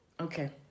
Okay